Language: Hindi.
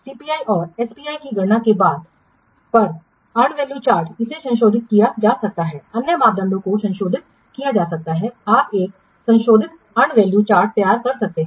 सीपीआई और एसपीआई की गणना के बाद पर अर्नड वैल्यू चार्ट इसे संशोधित किया जा सकता है अन्य मापदंडों को संशोधित किया जा सकता है आप एक संशोधित अर्नड वैल्यू चार्ट तैयार कर सकते हैं